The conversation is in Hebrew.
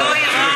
הוא עסוק בתאגיד.